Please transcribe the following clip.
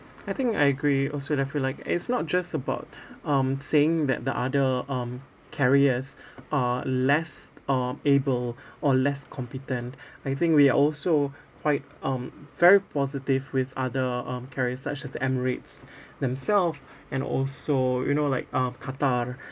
I think I agree also I feel like it's not just about um saying that the other um carriers uh less uh able or less competent I think we are also quite um very positive with other um carriers such as the Emirates themself and also you know like uh Qatar